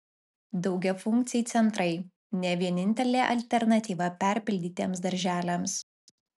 daugiafunkciai centrai ne vienintelė alternatyva perpildytiems darželiams